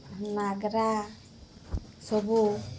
ନାଗରା ସବୁ